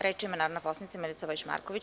Reč ima narodna poslanica Milica Vojić Marković.